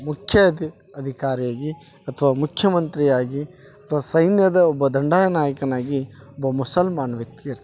ಮುಖ್ಯ ಅಧಿಕಾರಿಯಾಗಿ ಅಥವಾ ಮುಖ್ಯ ಮಂತ್ರಿಯಾಗಿ ಅಥ್ವ ಸೈನ್ಯದ ಒಬ್ಬ ದಂಡ ನಾಯಕನಾಗಿ ಒಬ್ಬ ಮುಸಲ್ಮಾನ ವ್ಯಕ್ತಿ ಇರ್ತಾನ